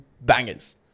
bangers